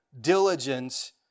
diligence